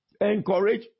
encourage